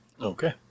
Okay